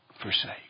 forsake